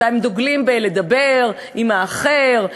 אתם דוגלים בלדבר עם האחר,